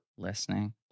Listening